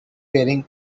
wearing